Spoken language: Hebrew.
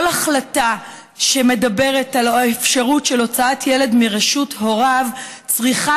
כל החלטה שמדברת על האפשרות של הוצאת ילד מרשות הוריו צריכה